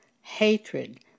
hatred